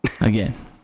Again